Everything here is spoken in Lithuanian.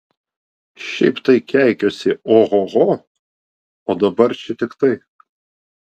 šiaip tai keikiasi ohoho o dabar čia tik tai